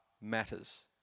matters